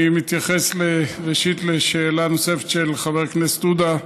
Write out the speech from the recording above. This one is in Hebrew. אני מתייחס ראשית לשאלה הנוספת של חבר הכנסת עודה.